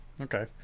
okay